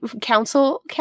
council